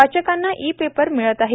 वाचकांना e paper मिळत आहे